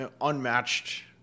unmatched